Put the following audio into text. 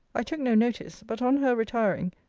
i took no notice but on her retiring,